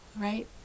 right